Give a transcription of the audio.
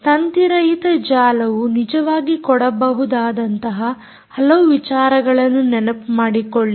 ತಂತಿರಹಿತ ಜಾಲವು ನಿಜವಾಗಿ ಕೊಡಬಹುದಾದಂತಹ ಹಲವು ವಿಚಾರಗಳನ್ನು ನೆನಪು ಮಾಡಿಕೊಳ್ಳಿ